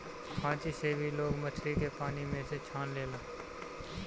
खांची से भी लोग मछरी के पानी में से छान लेला